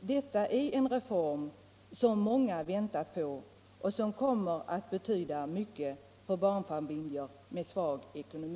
Detta är en reform som många väntat på och som kommer att betyda mycket för barnfamiljer med svag ekonomi.